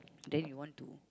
then you want to